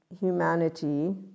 humanity